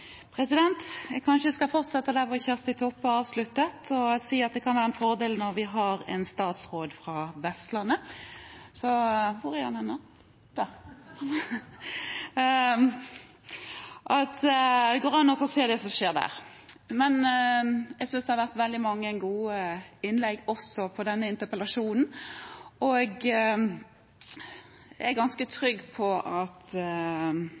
sidan. Jeg skal kanskje fortsette der Kjersti Toppe avsluttet og si at det kan være en fordel, når vi har en statsråd fra Vestlandet, å se på det som skjer der. Jeg synes det har vært veldig mange gode innlegg også i denne interpellasjonen, og jeg er ganske trygg på at